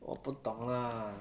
我不懂 lah